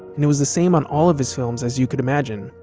and it was the same on all of his films as you could imagine.